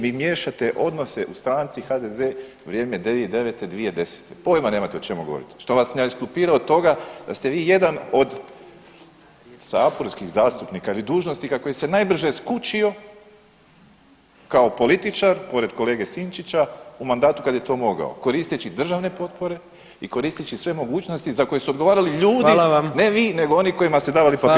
Vi miješate odnose u stranci HDZ, vrijeme 2009., 2010., poima nemate o čemu govorite što vas ne ekskulpira od toga da ste vi jedan od saborskih zastupnika ili dužnosnika koji se najbrže skućio kao političar pored kolege Sinčića u mandatu kad je to mogao koristeći državne potpore i koristeći sve mogućnosti za koje su odgovarali ljudi [[Upadica: Hvala vam.]] ne vi nego oni kojima ste davali papire.